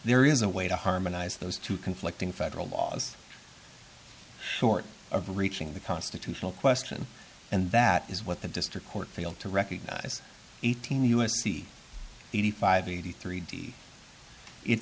there is a way to harmonize those two conflicting federal laws short of reaching the constitutional question and that is what the district court failed to recognize eighteen u s c eighty five eighty three d